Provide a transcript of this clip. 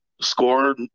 score